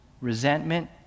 resentment